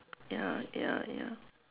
ya ya ya